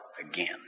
again